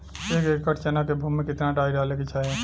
एक एकड़ चना के भूमि में कितना डाई डाले के चाही?